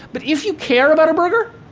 but if you care about a burger,